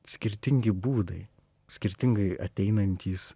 skirtingi būdai skirtingai ateinantys